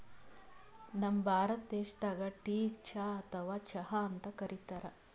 ನಮ್ ಭಾರತ ದೇಶದಾಗ್ ಟೀಗ್ ಚಾ ಅಥವಾ ಚಹಾ ಅಂತ್ ಕರಿತಾರ್